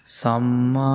Sama